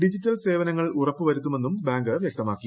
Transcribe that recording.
digital സേവനങ്ങൾ ഉറപ്പു വരുത്തുമെന്നും ബാങ്ക് വ്യക്തമാക്കി